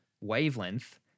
wavelength